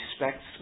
respects